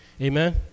Amen